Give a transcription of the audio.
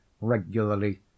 regularly